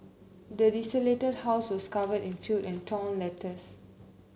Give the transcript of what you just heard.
the desolated house was covered in filth and torn letters